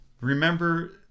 remember